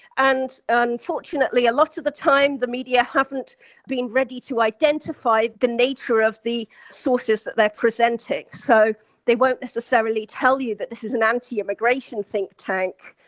and unfortunately a lot of the time the media haven't been ready to identify the nature of the sources that they're presenting, so they won't necessarily tell you that this is an anti-immigration think tank,